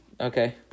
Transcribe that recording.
Okay